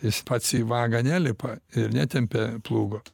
jis pats į vagą nelipa ir netempia plūgo